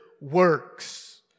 works